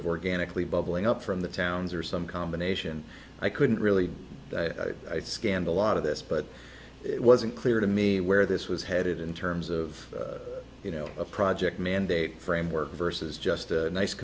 of organically bubbling up from the towns or some combination i couldn't really i scanned a lot of this but it wasn't clear to me where this was headed in terms of you know a project mandate framework versus just a nice